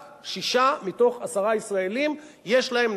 רק שישה מתוך עשרה ישראלים יש להם,